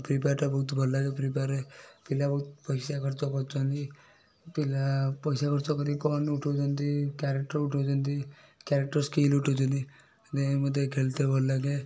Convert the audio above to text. free ଫାୟାର୍ଟା ବହୁତ ଭଲ ଲାଗେ ଫ୍ରୀ ଫାୟାର୍ରେ ପିଲା ବହୁତ ପଇସା ଖର୍ଚ କରୁଛନ୍ତି ପିଲା ପଇସା ଖର୍ଚ କରିକି କଏନ୍ ଉଠଉଛନ୍ତି କ୍ୟାରେକ୍ଟର୍ ଉଠଉଛନ୍ତି କ୍ୟାରେକ୍ଟର୍ ସ୍କିଲ୍ ଉଠଉଛନ୍ତି ସେଥିପାଇଁ ମୋତେ ଖେଳିତେ ଭଲ ଲାଗେ